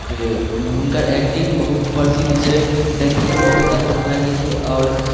हुनकर एक्टिंग बहुत प्रसिद्ध छै देखैमे बहुत अच्छा लगै छै आओर